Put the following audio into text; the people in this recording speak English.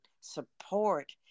support